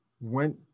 went